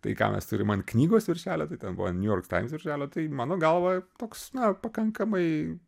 tai ką mes turim ant knygos viršelio tai ten buvo an niujork taims viršelio tai mano galva toks na pakankamai